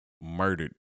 murdered